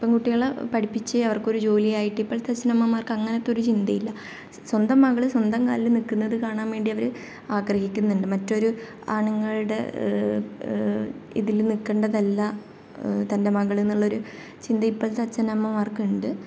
പെൺകുട്ടികളെ പഠിപ്പിച്ച് അവർക്കൊരു ജോലി ആയിട്ട് ഇപ്പോഴത്തെ അച്ഛനമ്മമാർക്ക് അങ്ങനത്തെ ഒരു ചിന്തയില്ല സ്വന്തം മകൾ സ്വന്തം കാലിൽ നിൽക്കുന്നത് കാണാൻ വേണ്ടി അവർ ആഗ്രഹിക്കുന്നുണ്ട് മറ്റൊരു ആണുങ്ങളുടെ ഇതിൽ നിൽക്കേണ്ടതല്ല തൻ്റെ മകൾ എന്നുള്ള ഒരു ചിന്ത ഇപ്പോളത്തെ അച്ഛനമ്മമാർക്കുണ്ട്